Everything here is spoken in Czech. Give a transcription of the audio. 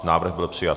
Návrh byl přijat.